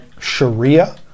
Sharia